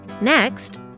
Next